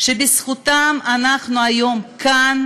שבזכותם אנחנו היום כאן